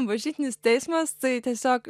bažnytinis teismas tai tiesiog